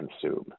consume